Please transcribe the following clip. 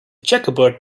checkerboard